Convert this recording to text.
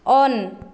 on